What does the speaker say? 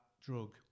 drug